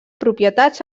propietats